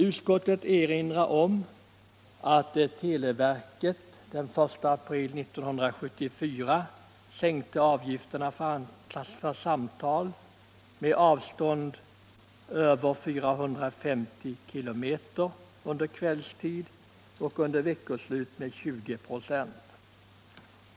Utskottet erinrar om att televerket den 1 april 1974 sänkte avgifterna för samtal med avstånd över 450 km under kvällstid och under veckoslut med 20 96.